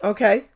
Okay